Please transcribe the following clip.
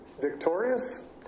victorious